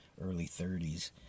early-30s